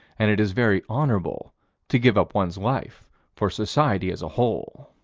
and it is very honorable to give up one's life for society as a whole.